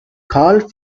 carl